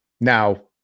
Now